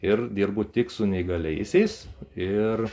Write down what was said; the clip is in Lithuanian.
ir dirbu tik su neįgaliaisiais ir